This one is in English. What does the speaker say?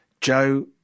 Joe